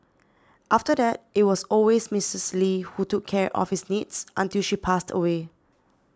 after that it was always Mrs Lee who took care of his needs until she passed away